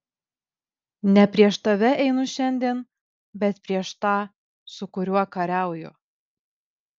ne prieš tave einu šiandien bet prieš tą su kuriuo kariauju